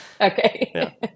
Okay